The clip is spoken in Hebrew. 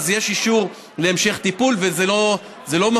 אז יש אישור להמשך טיפול ולא מפסיקים